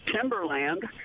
timberland